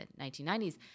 1990s